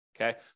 Okay